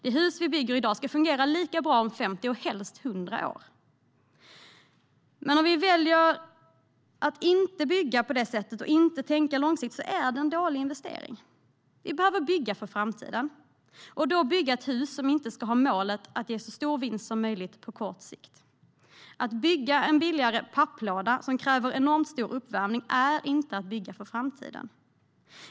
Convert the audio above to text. Det hus vi bygger i dag ska fungera lika bra om 50 och helst 100 år. Om vi väljer att inte bygga på det sättet och inte tänka långsiktigt är det en dålig investering. Vi behöver bygga för framtiden. Då ska huset byggas så att det inte ska ha målet att ge så stor vinst som möjligt på kort sikt. Att bygga en billigare papplåda som kräver enormt stor uppvärmning är inte att bygga för framtiden.